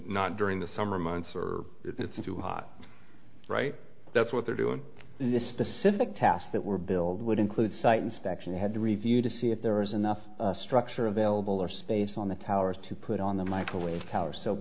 not during the summer months or it's too hot right that's what they're doing in this specific task that we're build would include site inspection and had to review to see if there is enough structure available or space on the towers to put on the microwave power so